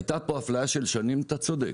הייתה פה אפליה של שנים, אתה צודק,